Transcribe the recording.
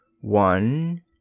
one